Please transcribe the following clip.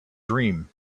dream